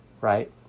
right